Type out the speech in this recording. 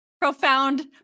Profound